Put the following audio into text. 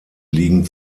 liegen